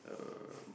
um